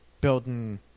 building